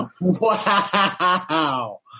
Wow